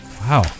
Wow